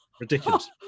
ridiculous